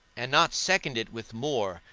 and not second it with more,